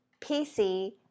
pc